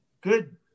good